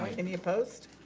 any opposed?